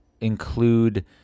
include